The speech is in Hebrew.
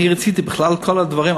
אני רציתי בכלל את כל הדברים,